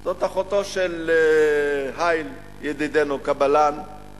זאת אחותו של האיל, ידידנו, קלאן.